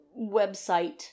website